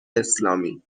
اسلامی